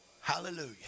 Hallelujah